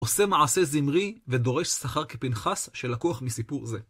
עושה מעשה זמרי ודורש שכר כפנחס שלקוח מסיפור זה.